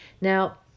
Now